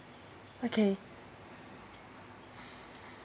okay